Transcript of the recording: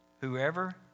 Whoever